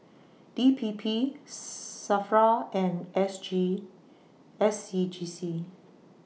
D P P SAFRA and S G S C G C